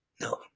No